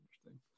interesting